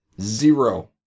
zero